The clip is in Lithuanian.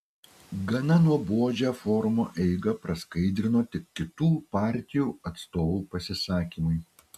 gana nuobodžią forumo eigą praskaidrino tik kitų partijų atstovų pasisakymai